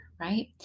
right